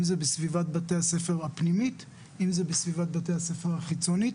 אם זה בסביבת בית הספר הפנימית אם זה בסביבת בית הספר החיצונית,